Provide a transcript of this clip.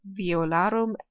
violarum